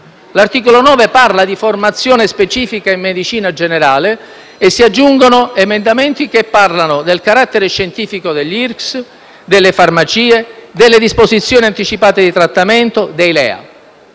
L'articolo 9 tratta di formazione specifica in medicina generale, e si aggiungono emendamenti che parlano del carattere scientifico dell'IRCCS, delle farmacie, delle disposizioni anticipate di trattamento, dei LEA.